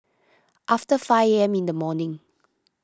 after five A M in the morning